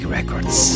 Records